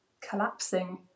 collapsing